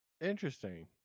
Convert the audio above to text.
Interesting